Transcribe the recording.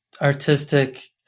artistic